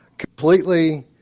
Completely